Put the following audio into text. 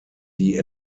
die